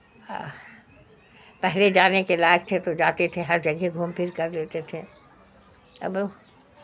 پہلے جانے کے لائق تھے تو جاتے تھے ہر جگہ گھوم پھر کر لیتے تھے اب